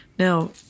Now